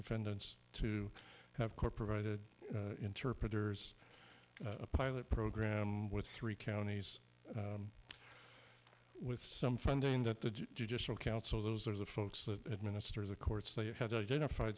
defendants to have court provided interpreters a pilot program with three counties with some funding that the judicial council those are the folks that ministers the courts they had identif